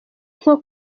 nko